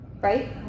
Right